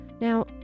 Now